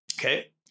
Okay